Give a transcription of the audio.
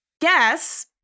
Guess